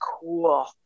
cool